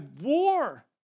war